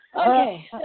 Okay